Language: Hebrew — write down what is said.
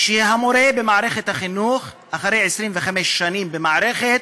שהמורה במערכת החינוך, אחרי 25 שנים במערכת,